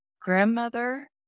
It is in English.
grandmother